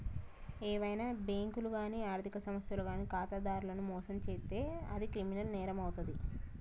ఏవైనా బ్యేంకులు గానీ ఆర్ధిక సంస్థలు గానీ ఖాతాదారులను మోసం చేత్తే అది క్రిమినల్ నేరమవుతాది